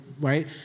right